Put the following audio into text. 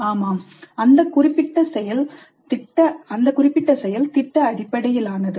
ஆமாம் அந்த குறிப்பிட்ட செயல் திட்ட அடிப்படையிலானது